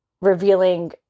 revealing